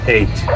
Eight